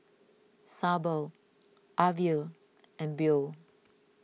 Sable Avie and Beau